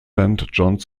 john’s